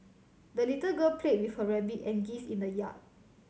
the little girl played with her rabbit and geese in the yard